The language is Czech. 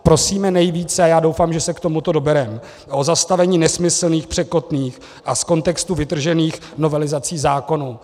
Prosíme nejvíce a já doufám, že se k tomu dobereme o zastavení nesmyslných, překotných a z kontextu vytržených novelizací zákonů.